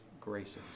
graces